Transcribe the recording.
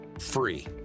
free